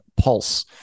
pulse